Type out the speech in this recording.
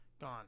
gone